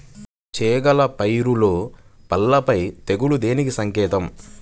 చేగల పైరులో పల్లాపై తెగులు దేనికి సంకేతం?